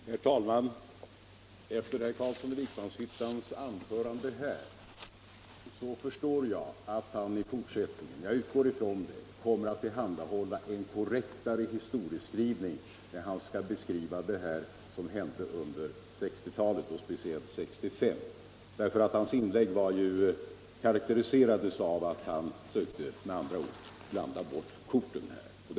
Herr talman! Efter herr Carlssons i Vikmanshyttan senaste anförande utgår jag ifrån att han i fortsättningen kommer att tillhandahålla en mera korrekt historieskrivning när han skall skildra det som hände under 1960 talet och speciellt 1965. Hans tidigare inlägg karakteriserades med andra ord av att han försökte blanda bort korten på denna punkt.